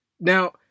Now